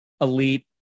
elite